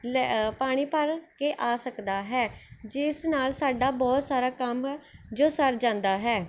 ਲ ਪਾਣੀ ਭਰ ਕੇ ਆ ਸਕਦਾ ਹੈ ਜਿਸ ਨਾਲ਼ ਸਾਡਾ ਬਹੁਤ ਸਾਰਾ ਕੰਮ ਜੋ ਸਰ ਜਾਂਦਾ ਹੈ